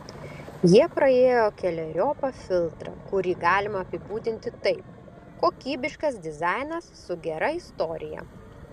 jie praėjo keleriopą filtrą kurį galima apibūdinti taip kokybiškas dizainas su gera istorija